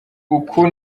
uku